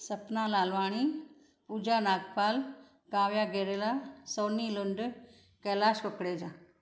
Sapna Lalwani Pooja Nagpal Kavya Gerla Soni Lund Kailash Kukreja